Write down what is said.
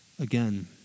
again